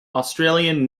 australian